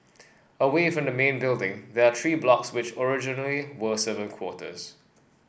away from the main building there are three blocks which originally were servant quarters